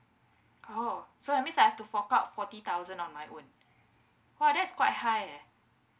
oh so that means I have to fork out forty thousand on my own !wah! that is quite high eh